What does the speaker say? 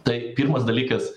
tai pirmas dalykas